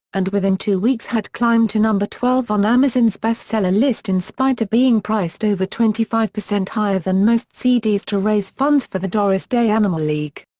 and within two weeks had climbed to no. twelve on amazon's bestseller list in spite of being priced over twenty five percent higher than most cds to raise funds for the doris day animal league.